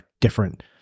different